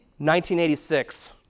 1986